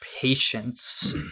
patience